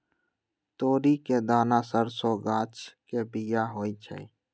तोरी के दना सरसों गाछ के बिया होइ छइ